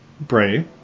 Bray